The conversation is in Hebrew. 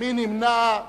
מי נמנע?